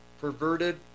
perverted